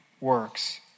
works